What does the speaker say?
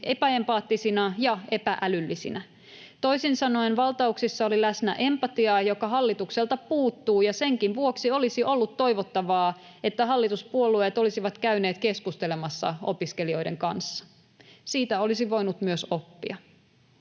epäempaattisina ja epä-älyllisinä. Toisin sanoen valtauksissa oli läsnä empatiaa, joka hallitukselta puuttuu, ja senkin vuoksi olisi ollut toivottavaa, että hallituspuolueet olisivat käyneet keskustelemassa opiskelijoiden kanssa. Siitä olisi voinut myös oppia.